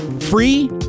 free